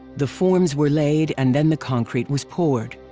the forms were laid and then the concrete was poured.